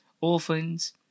orphans